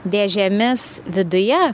dėžėmis viduje